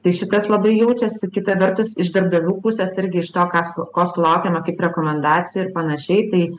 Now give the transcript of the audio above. tai šitas labai jaučiasi kita vertus iš darbdavių pusės irgi iš to ką su ko sulaukiame kaip rekomendacijų ir panašiai tai